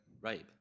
Rape